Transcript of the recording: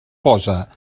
posa